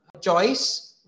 choice